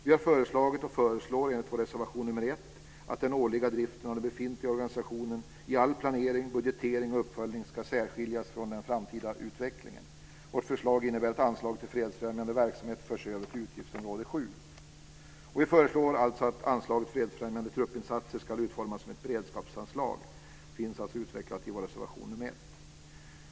Vi har föreslagit och föreslår, enligt vår reservation nr 1, att den årliga driften av den befintliga organisationen i all planering, budgetering och uppföljning ska särskiljas från den framtida utvecklingen. Vårt förslag innebär att anslaget till fredsfrämjande verksamhet förs över till utgiftsområde 7. Vi föreslår alltså att anslaget Fredsfrämjande truppinsatser ska utformas som ett beredskapsanslag. Det finns utvecklat i vår reservation nr 1.